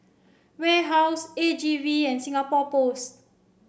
Warehouse A G V and Singapore Post